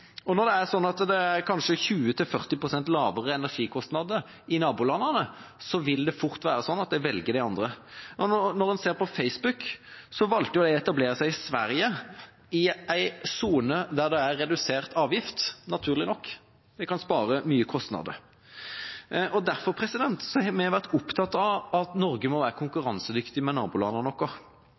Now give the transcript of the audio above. kostnader. Når det kanskje er 20–40 pst. lavere energikostnader i nabolandene, blir det fort sånn at de andre velges. Facebook valgte å etablere seg i Sverige i en sone med redusert avgift – naturlig nok, det kan spare mange kostnader. Derfor har vi vært opptatt av at Norge må være konkurransedyktig overfor nabolandene våre.